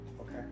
okay